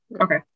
Okay